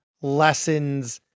lessons